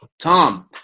Tom